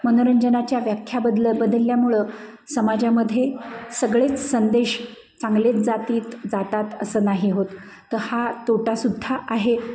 मनोरंजनाच्या व्याख्याबद्ल बदलल्यामुळं समाजामध्ये सगळेच संदेश चांगलेच जातीत जातात असं नाही होत तर हा तोटा सुद्धा आहे